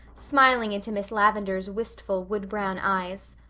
smiling into miss lavendar's wistful woodbrown eyes.